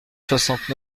soixante